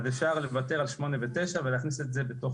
אז אפשר לוותר על 8 ו-9 ולהכניס את זה בתוך